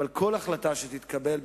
אבל כל החלטה שתתקבל,